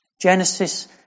Genesis